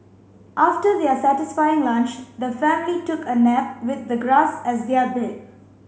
after their satisfying lunch the family took a nap with the grass as their bed